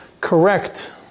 correct